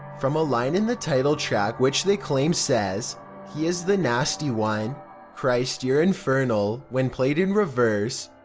from a line in the title track which they claim says he is the nasty one christ you're infernal when played in reverse.